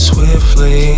Swiftly